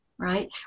right